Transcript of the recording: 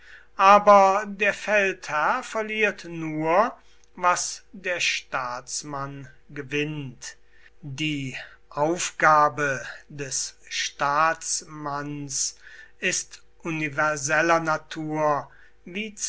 aber der feldherr verliert nur was der staatsmann gewinnt die aufgabe des staatsmanns ist universeller natur wie